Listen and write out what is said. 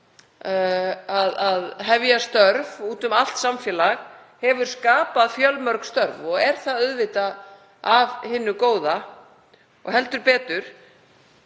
að hefja störf úti um allt samfélag, hefur skapað fjölmörg störf og er það auðvitað af hinu góða og heldur betur.